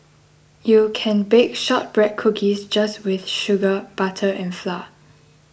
you can bake Shortbread Cookies just with sugar butter and flour